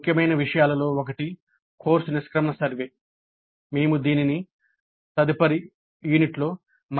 ముఖ్యమైన విషయాలలో ఒకటి కోర్సు నిష్క్రమణ సర్వే